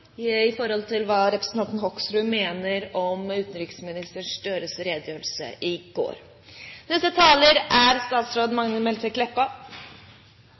i forhold til hva representanten Hoksrud mener om utenriksminister Gahr Støres redegjørelse i går.